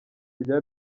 rya